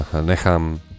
nechám